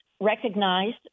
recognized